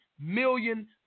million